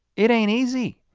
it ain't easy.